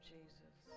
Jesus